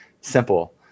simple